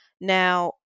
Now